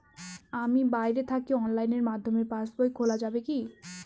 আমি বাইরে থাকি অনলাইনের মাধ্যমে পাস বই খোলা যাবে কি?